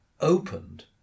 opened